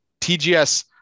TGS